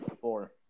Four